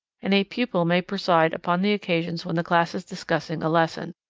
and a pupil may preside upon the occasions when the class is discussing a lesson.